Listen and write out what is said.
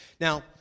Now